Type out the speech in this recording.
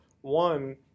One